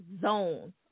zone